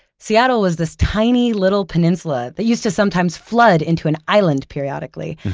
seattle is this tiny little peninsula that used to sometimes flood into an island periodically,